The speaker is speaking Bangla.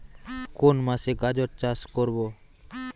কোন মাসে গাজর চাষ করব?